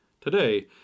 Today